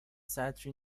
سطری